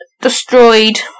destroyed